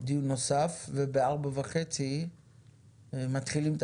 15:15.